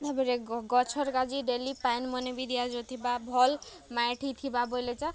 ତା'ପ୍ରେ ଗଛର୍ କା'ଯି ଡେଲି ପାଏନ୍ ମାନେ ବି ଦିଆଯାଉଥିବା ଭଲ୍ ମାଟି ଥିବା ବେଲେ ତ